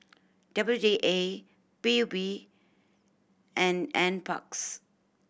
W D A P U B and N Parks